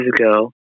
ago